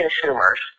consumers